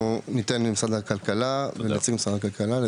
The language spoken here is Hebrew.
אנחנו ניתן למשרד הכלכלה, נציג משרד הכלכלה לדבר.